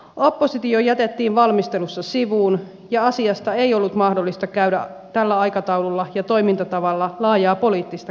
oppositio jätettiin valmistelussa sivuun ja asiasta ei ollut mahdollista käydä tällä aikataululla ja toimintatavalla laajaa poliittista keskustelua